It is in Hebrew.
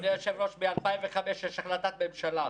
אדוני היושב-ראש מ-2005 יש החלטת מדינה.